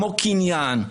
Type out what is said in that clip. כמו קניין,